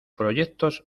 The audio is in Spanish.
proyectos